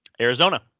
Arizona